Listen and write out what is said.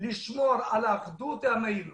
לשמור על אחדות עמנו